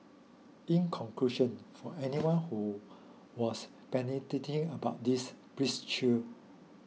in conclusion for anyone who was panicking about this please chill